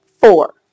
four